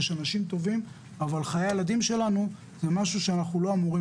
יש אנשים טובים אבל חיי הילדים שלנו זה משהו שאנחנו לא אמורים